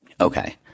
Okay